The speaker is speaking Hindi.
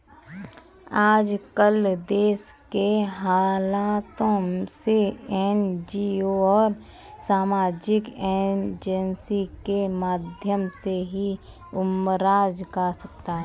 आजकल देश के हालातों से एनजीओ और सामाजिक एजेंसी के माध्यम से ही उबरा जा सकता है